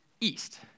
East